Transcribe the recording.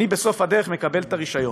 אני בסוף הדרך מקבל את הרישיון.